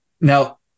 now